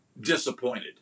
disappointed